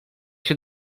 się